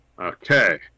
Okay